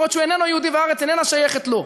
אף שהוא איננו יהודי והארץ איננה שייכת לו,